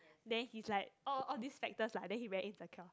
then he's like all all these factors lah then he very insecure